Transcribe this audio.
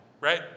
right